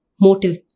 motive